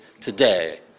today